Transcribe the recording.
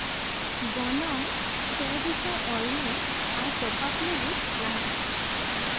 ᱜᱚᱱᱚᱝ ᱯᱮ ᱜᱮᱥᱟᱭ ᱚᱞ ᱢᱮ ᱟᱨ ᱴᱚᱯᱟᱯ ᱞᱟᱹᱜᱤᱫ ᱞᱟᱦᱟᱜ ᱢᱮ